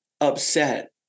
upset